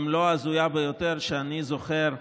אם לא ההזויה ביותר שאני זוכר,